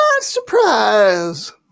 surprise